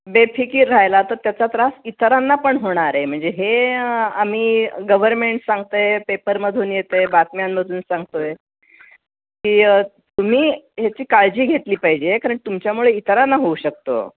बेफिकिर राहिला तर त्याचा त्रास इतरांना पण होणार आहे म्हणजे हे आम्ही गवर्मेंट सांगत आहे पेपरमधून येत आहे बातम्यांमधून सांगतोय की तुम्ही ह्याची काळजी घेतली पाहिजे कारण तुमच्यामुळे इतरांना होऊ शकतो